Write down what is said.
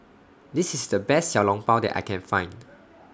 This IS The Best Xiao Long Bao that I Can Find